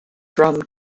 drum